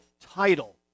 title